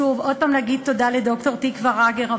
שוב להגיד תודה לד"ר תקוה רגר,